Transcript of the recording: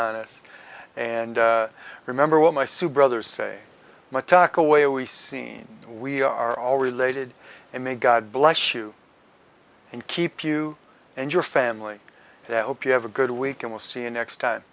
on us and i remember well my sue brothers say my tack away we seen we are all related and may god bless you and keep you and your family that hope you have a good week and we'll see you next time